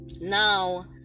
now